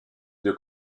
deux